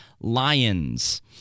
Lions